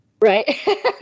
Right